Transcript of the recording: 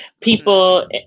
people